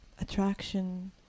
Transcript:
attraction